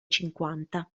cinquanta